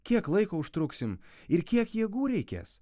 kiek laiko užtruksim ir kiek jėgų reikės